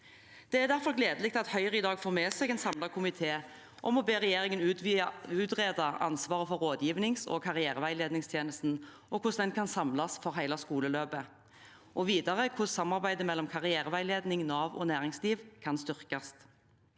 Det er derfor gledelig at Høyre i dag får med seg en samlet komité på å be regjeringen utrede hvordan ansvaret for rådgivnings- og karriereveiledningstjenesten kan samles for hele skoleløpet, og videre hvordan samarbeidet mellom karriereveiledning, Nav og næringsliv kan styrkes.